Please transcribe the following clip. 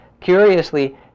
Curiously